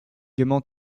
gaiement